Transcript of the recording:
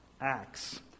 Acts